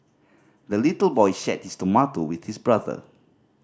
the little boy shared his tomato with his brother